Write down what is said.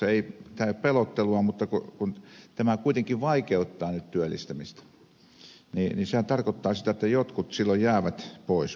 tämä ei ole pelottelua mutta kun tämä kuitenkin vaikeuttaa nyt työllistämistä niin sehän tarkoittaa sitä että jotkut silloin jäävät pois